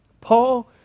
Paul